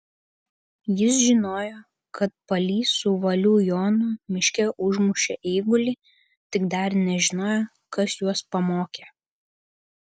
jis žinojo kad palys su valių jonu miške užmušė eigulį tik dar nežinojo kas juos pamokė